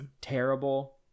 terrible